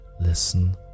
listen